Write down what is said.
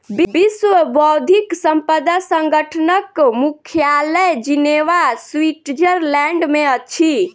विश्व बौद्धिक संपदा संगठनक मुख्यालय जिनेवा, स्विट्ज़रलैंड में अछि